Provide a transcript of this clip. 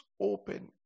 open